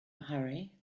hurry